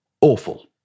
awful